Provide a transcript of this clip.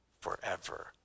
forever